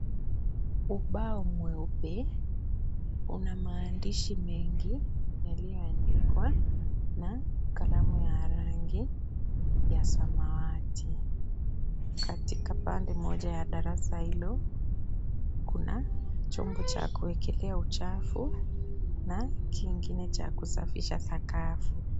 Ubao mweupe una maandishi mengi yaliyoandikwa na kalamu ya rangi ya samawati. Katika pande moja ya darasa hilo kuna chombo cha kuekelea uchafu na kingine cha kusafisha sakafu.